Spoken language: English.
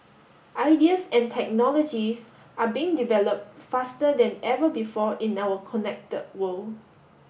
ideas and technologies are being developed faster than ever before in our connected world